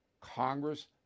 Congress